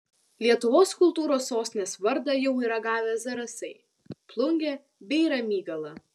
lietuvos kultūros sostinės vardą jau yra gavę zarasai plungė bei ramygala